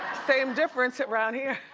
same difference around here.